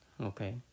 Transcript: Okay